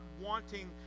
wanting